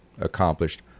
accomplished